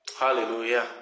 Hallelujah